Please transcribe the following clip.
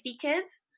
kids